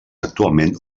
actualment